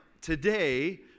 today